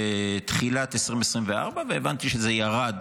זה היה 30 מיליון שקל בתחילת 2024, והבנתי שזה ירד